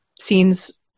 scenes